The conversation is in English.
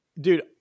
dude